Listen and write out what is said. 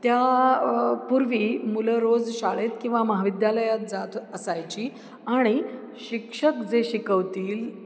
त्या पूर्वी मुलं रोज शाळेत किंवा महाविद्यालयात जात असायची आणि शिक्षक जे शिकवतील